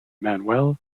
manuel